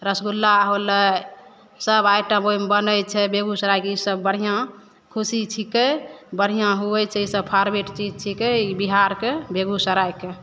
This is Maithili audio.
रसगुल्ला होलै सब आइटम ओहिमे बनै छै बेगुसरायके इसब बढ़िऑं खुशी छिकै बढ़िऑं होइ छै ई तऽ फारवर्ड चीज छिकै ई बिहारके बेगुसरायके